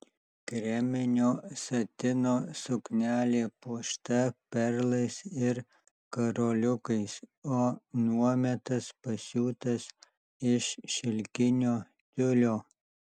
kreminio satino suknelė puošta perlais ir karoliukais o nuometas pasiūtas iš šilkinio tiulio